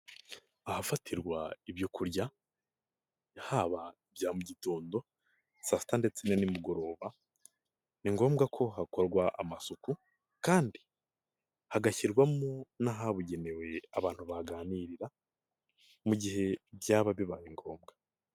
Ahafatirwa ibyo kurya haba ibya mu gitondo, saa sita ndetse na nimugoroba, ni ngombwa ko hakorwa amasuku kandi hagashyirwamo n'ahabugenewe abantu baganirira mu gihe byaba bibaye ngombwa.